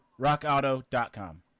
rockauto.com